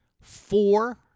four –